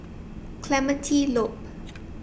Clementi Loop